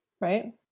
Right